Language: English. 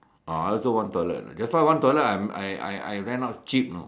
ah I also one toilet like that's why one toilet I I I rent out cheap you know